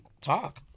talk